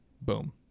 Boom